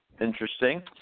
Interesting